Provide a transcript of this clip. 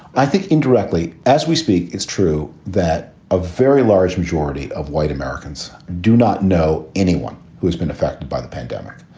i think indirectly as we speak. it's true that a very large majority of white americans do not know anyone who has been affected by the pandemic.